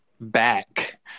back